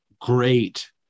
great